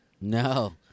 No